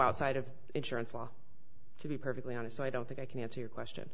outside of insurance law to be perfectly honest i don't think i can answer your question